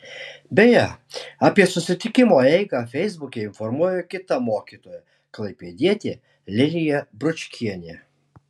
beje apie susitikimo eigą feisbuke informuoja kita mokytoja klaipėdietė lilija bručkienė